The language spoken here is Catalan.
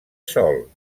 sol